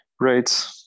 Right